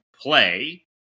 play